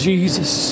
Jesus